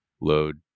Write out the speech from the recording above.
load